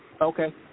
Okay